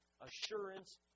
assurance